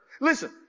listen